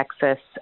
Texas